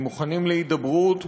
הם מוכנים להידברות,